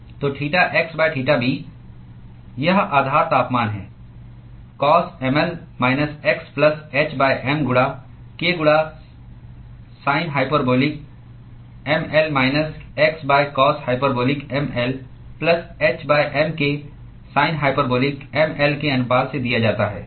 तो theta x theta b यह आधार तापमान है cos mL minus x plus h m गुणा k गुणा sin hyperbolic m L minus x cos hyperbolic m L plus h m k sin hyperbolic m L के अनुपात से दिया जाता है